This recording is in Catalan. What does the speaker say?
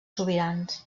sobirans